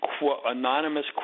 anonymous